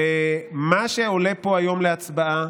ומה שעולה פה היום להצבעה